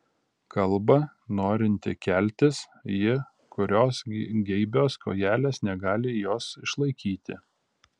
kalba norinti keltis ji kurios geibios kojelės negali jos išlaikyti